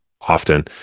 often